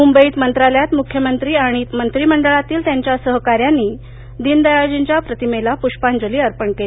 मुंबईत मंत्रालयात मुख्यमंत्री आणि मंत्रिमंडळातील त्यांच्या सहकाऱ्यांनी दिनदयालजींच्या प्रतिमेला पुष्पांजली अर्पण केली